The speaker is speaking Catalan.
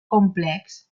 complex